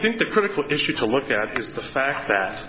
think the critical issue to look at is the fact that